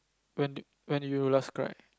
when did when did you last cry